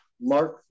mark